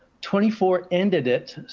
twenty four ended it,